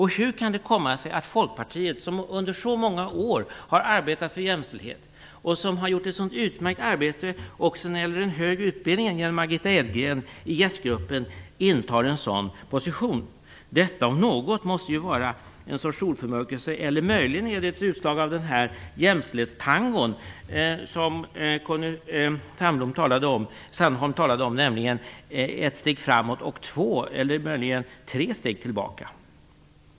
Hur kan det komma sig att Folkpartiet, som under så många år har arbetat för jämställdet och som har gjort ett utmärkt arbete också när det gäller den högre utbildningen genom Margitta Edgren, intar en sådan position? Detta, om något, måste ju vara en sorts solförmörkelse, eller möjligen ett utslag av den jämställdhetstango som Conny Sandholm talade om - ett steg framåt och två, möjligen tre, steg tillbaka.